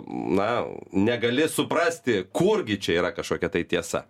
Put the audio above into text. na negali suprasti kurgi čia yra kažkokia tai tiesa